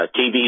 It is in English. TV